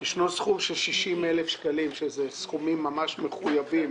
ישנו סכום של 60,000 שקלים שמרוכב מסכומים מחויבים